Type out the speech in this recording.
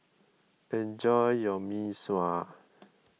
enjoy your Mee Sua